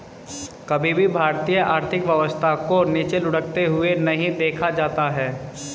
कभी भी भारतीय आर्थिक व्यवस्था को नीचे लुढ़कते हुए नहीं देखा जाता है